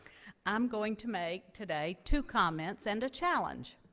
i'm going to make today two comments and a challenge.